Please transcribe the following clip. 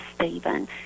Stephen